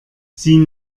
sieh